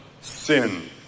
Sin